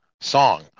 song